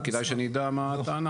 כדאי שנדע מה הטענה.